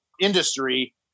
industry